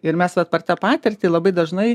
ir mes vat per tą patirtį labai dažnai